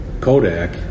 Kodak